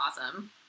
awesome